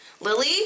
Lily